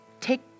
take